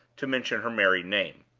to mention her married name.